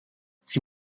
sie